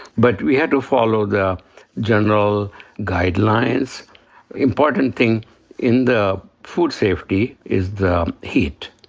but we had to follow the general guidelines important thing in the food safety is the heat.